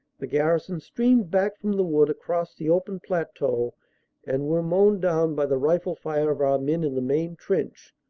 the garrison streamed back from the wood across the open plateau and were mown down by the rifle fire of our men in the main trench,